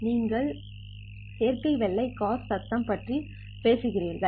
நீங்கள் சேர்க்கை வெள்ளை காஸியன் சத்தம் பற்றி பேசுகிறீர்கள்